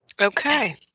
Okay